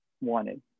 wanted